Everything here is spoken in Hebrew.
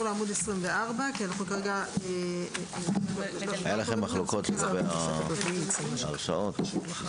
לעמוד 24. היו לכם מחלוקות לגבי הוראות מעבר.